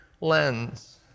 lens